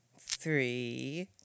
Three